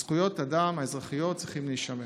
זכויות האדם האזרחיות צריכות להישמר.